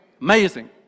Amazing